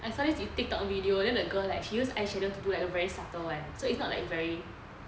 I saw this like TikTok video then the girl she use this eyeshadow to do like the very subtle [one] so it's not like the very